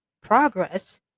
progress